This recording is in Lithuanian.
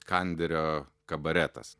kanderio kabaretas